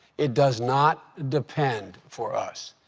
it does not depend for us.